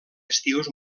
estius